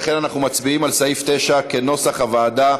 לכן אנחנו מצביעים על סעיף 9 כנוסח הוועדה.